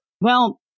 Well-